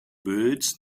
birds